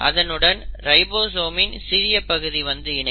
அதனுடன் ரைபோசோமின் சிறிய பகுதி வந்து இணையும்